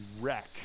wreck